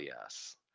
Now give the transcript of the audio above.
yes